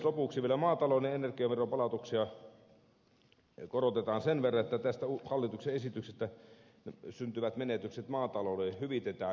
lopuksi vielä maatalouden energiaveronpalautuksia korotetaan sen verran että tästä hallituksen esityksestä syntyvät menetykset maataloudelle hyvitetään